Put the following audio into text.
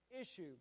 issue